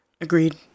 Agreed